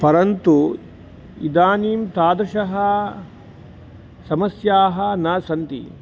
परन्तु इदानीम् तादृशः समस्याः न सन्ति